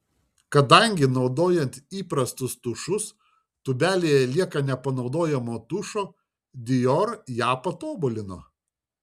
kadangi naudojant įprastus tušus tūbelėje lieka nepanaudojamo tušo dior ją patobulino